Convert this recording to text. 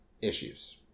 issues